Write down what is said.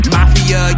Mafia